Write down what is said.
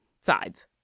sides